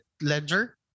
ledger